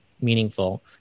meaningful